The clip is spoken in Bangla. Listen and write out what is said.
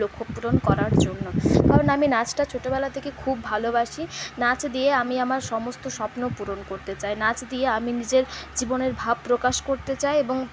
লক্ষ্যপূরণ করার জন্য কারণ আমি নাচটা ছোটবেলা থেকেই খুব ভালোবাসি নাচ দিয়ে আমি আমার সমস্ত স্বপ্নপূরণ করতে চাই নাচ দিয়ে আমি নিজের জীবনের ভাব প্রকাশ করতে চাই এবং